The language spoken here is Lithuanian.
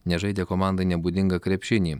nes žaidė komandai nebūdingą krepšinį